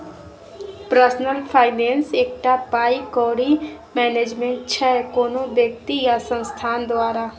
personal finance एकटा पाइ कौड़ी मैनेजमेंट छै कोनो बेकती या संस्थान द्वारा